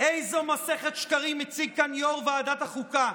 איזו מסכת שקרים הציג כאן יו"ר ועדת החוקה,